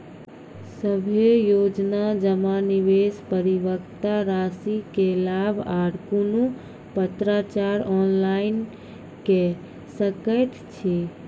सभे योजना जमा, निवेश, परिपक्वता रासि के लाभ आर कुनू पत्राचार ऑनलाइन के सकैत छी?